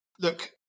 look